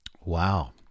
wow